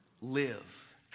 live